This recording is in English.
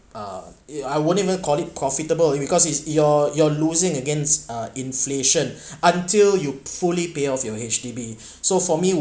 uh I won't even call it profitable it because it's you're you're losing against uh inflation until you fully pay off your H_D_B so for me